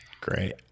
Great